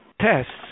Tests